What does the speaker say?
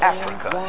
Africa